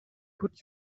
put